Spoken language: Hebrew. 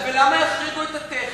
ולמה החריגו את הטכניון?